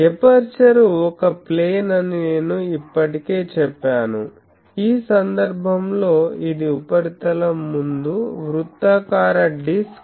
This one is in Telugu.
ఎపర్చరు ఒక ప్లేన్ అని నేను ఇప్పటికే చెప్పాను ఈ సందర్భంలో ఇది ఉపరితలం ముందు వృత్తాకార డిస్క్